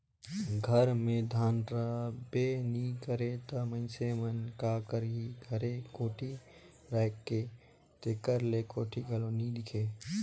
घर मे धान रहबे नी करे ता मइनसे मन का करही घरे कोठी राएख के, तेकर ले कोठी घलो नी दिखे